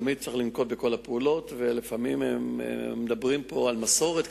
לפעמים צריך לנקוט את כל הפעולות ולפעמים מדברים פה על מסורת,